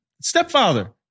stepfather